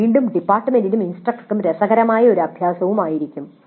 ഇത് വീണ്ടും ഡിപ്പാർട്ട്മെന്റിനും ഇൻസ്ട്രക്ടർക്കും രസകരമായ ഒരു അഭ്യാസവും ആയിരിക്കും